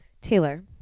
Taylor